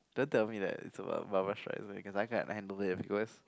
don't tell me that it's about Barbra-Streisand Again I can't handle it because